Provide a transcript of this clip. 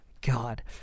God